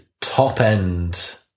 top-end